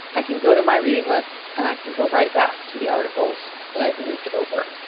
i can go to my reading list, and i can go right back to the articles that i've moved over.